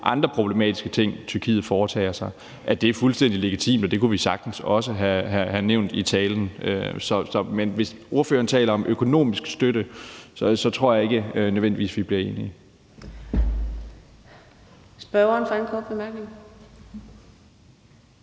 andre problematiske ting, som Tyrkiet foretager sig, er fuldstændig legitime. Det kunne vi sagtens også have nævnt i talen. Men hvis ordføreren taler om økonomisk støtte, tror jeg ikke nødvendigvis, at vi bliver enige.